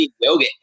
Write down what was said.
yoga